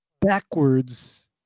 backwards